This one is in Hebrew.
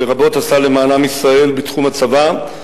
ורבות עשה למען עם ישראל בתחום הצבא,